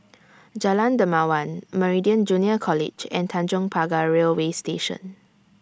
Jalan Dermawan Meridian Junior College and Tanjong Pagar Railway Station